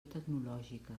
tecnològica